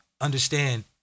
understand